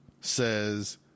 says